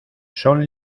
son